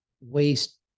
waste